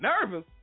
nervous